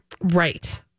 Right